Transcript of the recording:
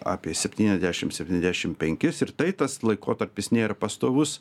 apie septyniasdešim septyniasdešim penkis ir tai tas laikotarpis nėra pastovus